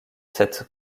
cette